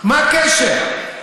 מה הקשר?